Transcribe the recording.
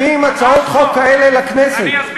מביאים הצעות חוק כאלה לכנסת.